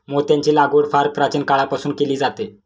मोत्यांची लागवड फार प्राचीन काळापासून केली जाते